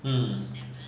hmm